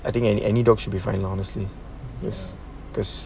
I think any any dog should be fine lah honestly there's because